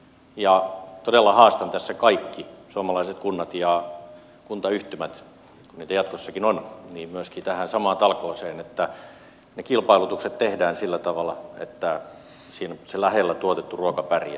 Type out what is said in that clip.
todella haastan tässä kaikki suomalaiset kunnat ja kuntayhtymät kun niitä jatkossakin on myöskin tähän samaan talkooseen että ne kilpailutukset tehdään sillä tavalla että se lähellä tuotettu ruoka pärjää